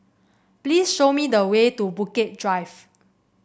please show me the way to Bukit Drive